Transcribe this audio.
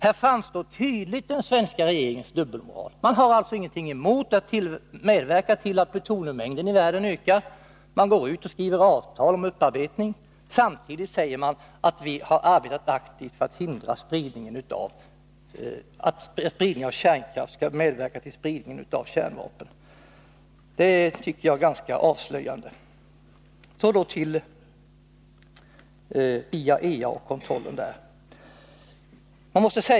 Här framstår tydligt den svenska regeringens dubbelmoral. Man har alltså ingenting emot att medverka till att plutoniummängden i världen ökar. Man skriver avtal om upparbetning. Samtidigt säger man att vi har arbetat aktivt för att hindra att spridningen av kärnkraft skall medverka till spridning av kärnvapen. Det är ganska avslöjande. Så till IAEA:s kontroll.